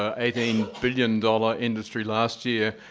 ah eighteen billion dollar industry last year,